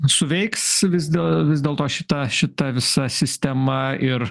suveiks vis dė vis dėlto šita šita visa sistema ir